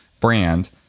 brand